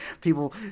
People